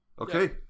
Okay